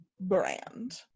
Brand